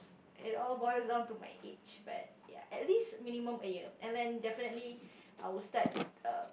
it all boils down on to my age but yeah at least minimum a year and then defiantly I will start err